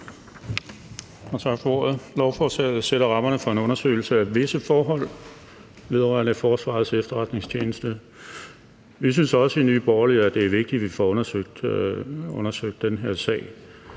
Lovforslaget sætter rammerne for en undersøgelse af visse forhold vedrørende Forsvarets Efterretningstjeneste. Vi synes også i Nye Borgerlige, at det er vigtigt, at vi får undersøgt den her sag,